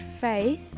faith